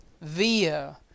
via